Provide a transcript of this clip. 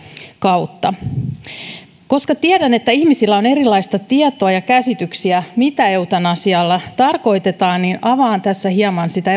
kautta koska tiedän että ihmisillä on erilaista tietoa ja erilaisia käsityksiä siitä mitä eutanasialla tarkoitetaan niin avaan tässä hieman sitä